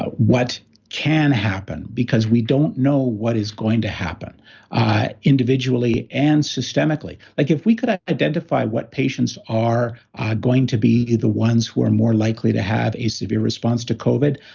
ah what can happen, because we don't know what is going to happen individually and systemically. like if we could ah identify what patients are are going to be the ones who are more likely to have a severe response to covid,